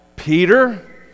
Peter